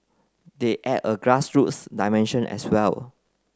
they add a grass roots dimension as well